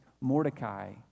Mordecai